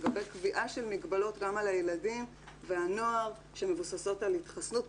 לגבי קביעה של מגבלות גם על הילדים והנוער שמבוססות על התחסנות,